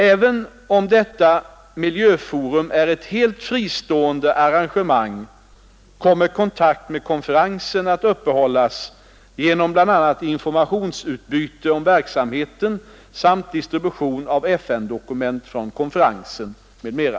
Även om detta miljöforum är ett helt fristående arrangemang kommer kontakt med konferensen att uppehållas genom bl.a. informationsutbyte om verksamheten samt distribution av FN-dokumentation från konferensen m.m.